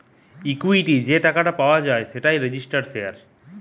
equity যে টাকাটা পাওয়া যায় সেটাই রেজিস্টার্ড শেয়ার